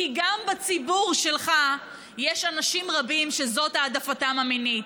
כי גם בציבור שלך יש אנשים רבים שזו העדפתם המינית,